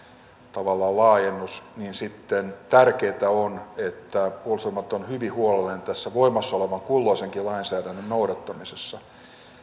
tavallaan laajennus tärkeintä on että puolustusvoimat on hyvin huolellinen tämän kulloinkin voimassa olevan lainsäädännön noudattamisessa